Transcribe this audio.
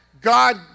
God